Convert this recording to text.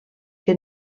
que